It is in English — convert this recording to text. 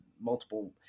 multiple